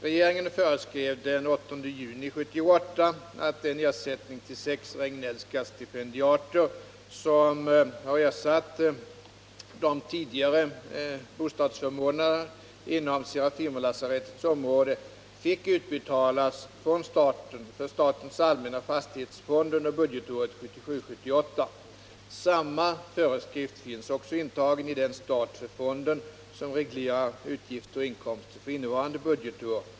Regeringen föreskrev den 8 juni 1978 att den ersättning till sex Regnellska stipendiater som har ersatt de tidigare bostadsförmånerna inom Serafimerlasarettets område fick utbetalas från staten för statens allmänna fastighetsfond under budgetåret 1977/78. Samma föreskrift finns också intagen i den stat för fonden som reglerar utgifter och inkomster för innevarande budgetår.